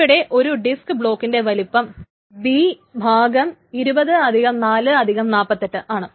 ഇവിടെ ഒരു ഡിസ്ക് ബ്ലോക്കിൻറെ വലിപ്പം ആണ്